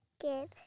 Good